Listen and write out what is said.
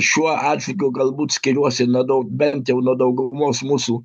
šiuo atžvilgiu galbūt skiriuosi na daug bent jau nuo daugumos mūsų